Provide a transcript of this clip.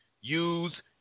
use